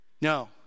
no